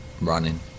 running